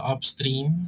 Upstream